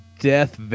death